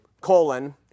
colon